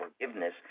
forgiveness